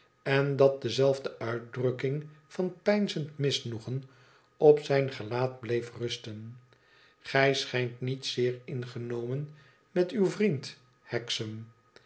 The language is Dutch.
en dat dezelfde uitdrukking van peinzend misnoegen op zijn gelaat bleef rusten gij schijnt niet zeer ingenomen met uw vriend hexam